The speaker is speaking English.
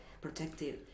protective